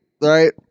Right